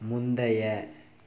முந்தைய